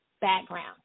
background